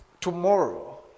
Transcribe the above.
tomorrow